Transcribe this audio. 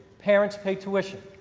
parents pay tuition.